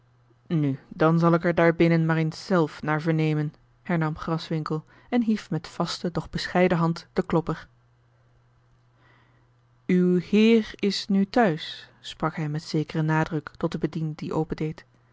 nu dan zal ik er daar binnen maar eens zelf naar vernemen hernam graswinckel en hief met vaste doch bescheiden hand den klopper uw heer is nù thuis sprak hij met zekeren nadruk tot den bediende die opendeed